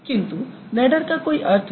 किन्तु नैडर का कोई अर्थ नहीं है